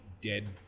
dead